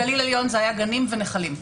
בגליל העליון זה היה גנים ונחלים.